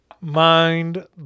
Mind